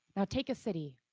now take a city,